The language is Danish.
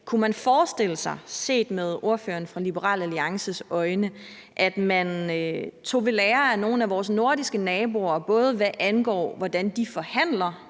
Kunne man forestille sig, set med ordføreren for Liberal Alliances øjne, at man tog ved lære af nogle af vores nordiske naboer, både hvad angår, hvordan de forhandler